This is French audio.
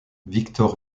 victor